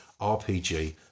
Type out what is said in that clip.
RPG